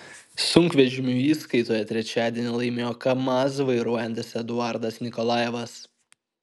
sunkvežimių įskaitoje trečiadienį laimėjo kamaz vairuojantis eduardas nikolajevas